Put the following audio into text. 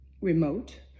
remote